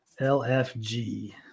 LFG